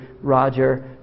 Roger